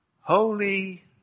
Holy